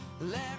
Let